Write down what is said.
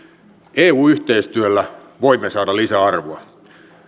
eu yhteistyöllä voimme saada lisäarvoa